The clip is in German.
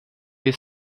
wir